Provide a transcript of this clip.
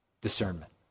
discernment